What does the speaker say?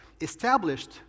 established